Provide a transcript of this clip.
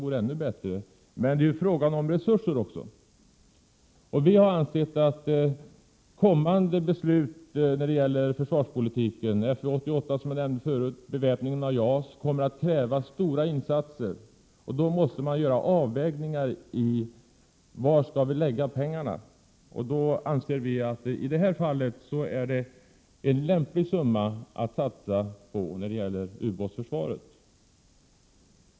Men det är ju också en fråga om resurser. Vi har ansett att kommande beslut inom försvarspolitiken — FU 88 och beväpningen av JAS — kommer att kräva stora insatser och att man därför måste göra avvägningar av var vi skall lägga pengarna. Då anser vi att detta är en lämplig summa att satsa på ubåtsförsvaret.